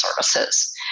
services